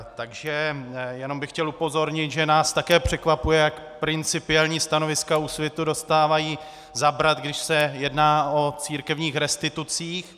Takže jenom bych chtěl upozornit, že nás také překvapuje, jak principiální stanoviska Úsvitu dostávají zabrat, když se jedná o církevních restitucích.